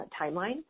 timeline